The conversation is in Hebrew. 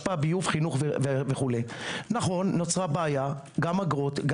האשפה הלך וגדל בשנים האחרונות גם בעקבות ההיטל,